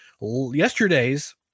yesterday's